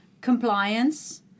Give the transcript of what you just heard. compliance